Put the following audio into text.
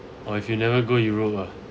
or if you never go europe ah